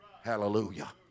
Hallelujah